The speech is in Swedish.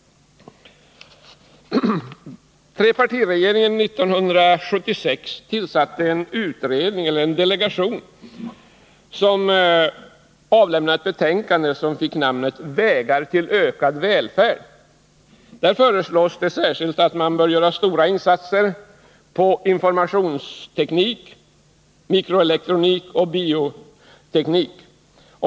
Trepartiregeringen tillsatte år 1976 en utredning, en delegation, som avlämnade ett betänkande med namnet Vägar till ökad välfärd. Där föreslås särskilt att man bör göra stora insatser inom informationsteknik, mikroelektronik och bioteknik.